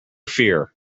fear